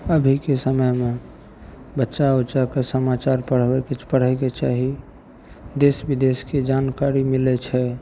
अभीके समयमे बच्चा उच्चाके समाचार पढ़बै किछु पढ़ैके चाही देश बिदेश्के जानकारी मिलै छै